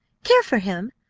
care for him!